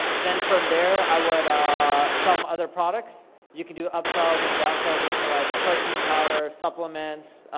then from there, i would ah sell em other products. you could do upsells, and down-sells, into like protein powder, supplements,